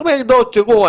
אומר מאיר דויטש תראו,